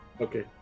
Okay